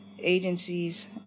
agencies